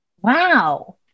Wow